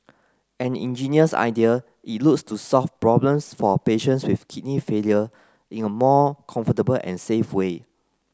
an ingenious idea it looks to solve problems for patients with kidney failure in a more comfortable and safe way